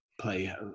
play